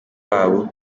wabo